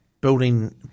building